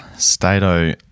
Stato